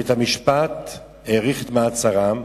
בית-המשפט האריך את מעצרם,